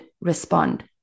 respond